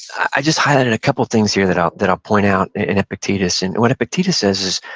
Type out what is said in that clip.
i just highlighted a couple things here that i'll that i'll point out in epictetus, and what epictetus says is,